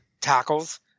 tackles